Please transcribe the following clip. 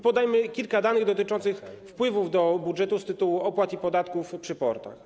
Podajmy kilka danych dotyczących wpływów do budżetu z tytułu opłat i podatków przy portach.